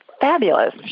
fabulous